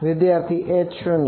વિદ્યાર્થી H શૂન્ય